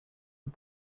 but